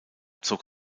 zog